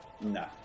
No